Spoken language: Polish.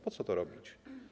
Po co to robić?